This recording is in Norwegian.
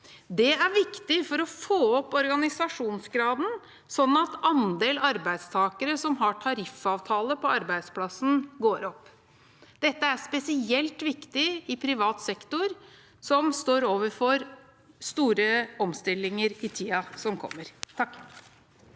Det er viktig for å få opp organisasjonsgraden, sånn at andelen arbeidstakere som har tariffavtale på arbeidsplassen, går opp. Dette er spesielt viktig i privat sektor, som står overfor store omstillinger i tiden som kommer.